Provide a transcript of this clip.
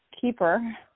Keeper